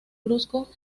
brusco